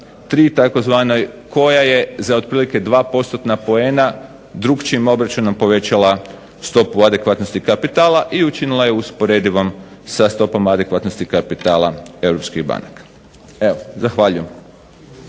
3. tzv. koja je za otprilike 2 postotna poena drukčijim obračunom povećala stupu adekvatnosti kapitala i učinila je usporedivom sa stopom adekvatnosti kapitala Europskih banaka. Evo zahvaljujem.